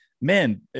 man